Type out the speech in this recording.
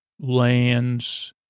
lands